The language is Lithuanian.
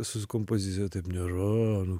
su kompozicija taip nėra nu